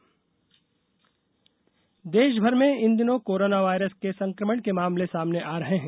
drone corona बचाव देषभर में इन दिनों कोरोना वायरस के संक्रमण के मामले सामने आ रहे हैं